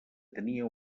tenia